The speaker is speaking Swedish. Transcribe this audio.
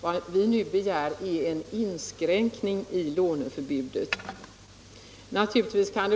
Vad vi nu begär är en inskränkning i låneförbudet. Naturligtvis kan